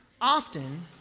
Often